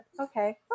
Okay